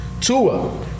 Tua